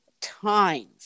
times